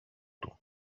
του